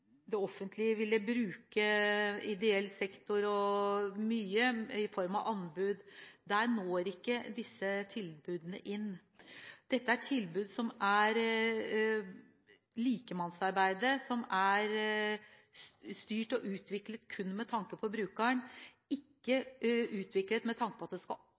det offentlige ville bruke ideell sektor mye i form av anbud. Der når ikke disse tilbudene fram. Dette er tilbud som er basert på likemannsarbeid, som er styrt og utviklet kun med tanke på brukeren, ikke utviklet med tanke på at det skal